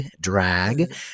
drag